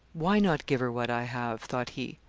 why not give her what i have? thought he,